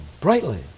brightly